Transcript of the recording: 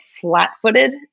flat-footed